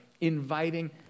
inviting